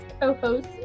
Co-host